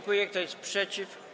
Kto jest przeciw?